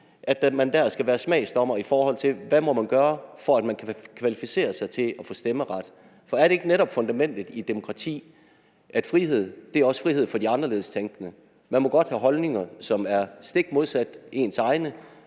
at man skal være smagsdommer, i forhold til hvad man må gøre, for at man kan kvalificere sig til at stemmeret. Er det ikke netop fundamentet i et demokrati, at frihed også er frihed for de anderledes tænkende, og at andre må godt have holdninger, som er stik modsat ens egne,